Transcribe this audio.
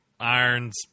irons